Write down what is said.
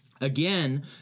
again